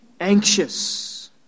anxious